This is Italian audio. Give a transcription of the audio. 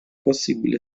possibile